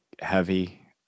heavy